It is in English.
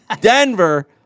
Denver